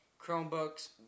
Chromebooks